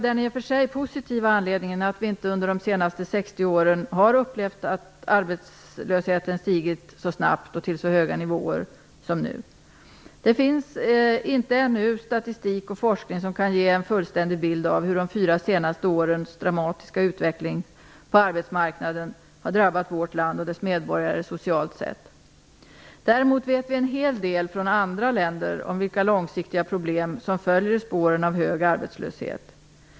Den positiva anledningen är att vi inte under de senaste 60 åren har upplevt att arbetslösheten har stigit så snabbt och till så höga nivåer som nu. Det finns ännu inte statistik och forskning som kan ge en fullständig bild av hur de fyra senaste årens dramatiska utveckling på arbetsmarknaden har drabbat vårt land och dess medborgare socialt. Däremot vet vi en hel del från andra länder om vilka långsiktiga problem som följer i spåren av en hög arbetslöshet.